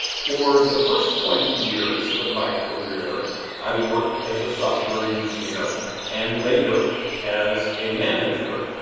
for the first twenty years of my career i worked as a software engineer and later as a manager.